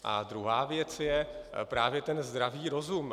A druhá věc je právě ten zdravý rozum.